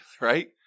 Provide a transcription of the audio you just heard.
right